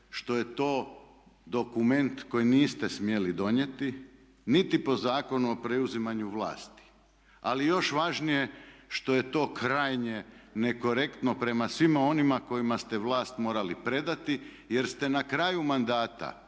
što je to dokument koji niste smjeli donijeti niti po Zakonu o preuzimanju vlasti, ali još važnije što je to krajnje nekorektno prema svima onima kojima ste vlast morali predati jer ste na kraju mandata